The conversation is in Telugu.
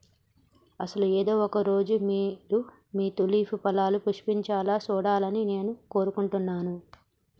అసలు ఏదో ఒక రోజు మీరు మీ తూలిప్ పొలాలు పుష్పించాలా సూడాలని నాను కోరుకుంటున్నాను